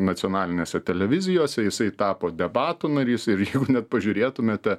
nacionalinėse televizijose jisai tapo debatų narys ir jeigu net pažiūrėtumėte